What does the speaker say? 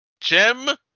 Jim